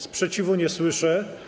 Sprzeciwu nie słyszę.